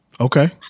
okay